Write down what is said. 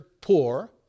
poor